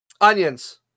Onions